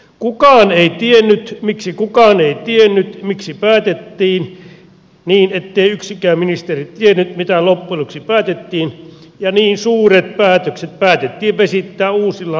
kukaan ei tiennyt miksi kukaan ei tiennyt miksi päätettiin niin ettei yksikään ministeri tiennyt mitä loppujen lopuksi päätettiin ja niin suuret päätökset päätettiin vesittää uusilla laskelmilla vielä kerran